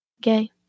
gay